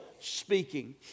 speaking